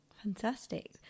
Fantastic